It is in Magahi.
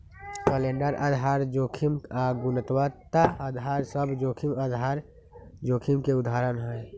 कैलेंडर आधार जोखिम आऽ गुणवत्ता अधार सभ जोखिम आधार जोखिम के उदाहरण हइ